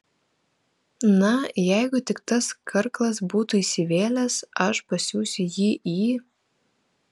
na jeigu tik tas karklas bus įsivėlęs aš pasiųsiu jį į